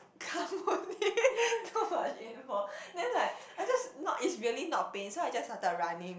come only too much info then like I just no it's really not pain so I started running